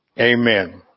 amen